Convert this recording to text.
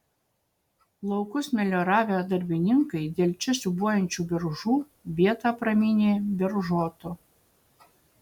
laukus melioravę darbininkai dėl čia siūbuojančių beržų vietą praminė beržotu